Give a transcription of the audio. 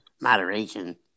moderation